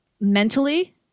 mentally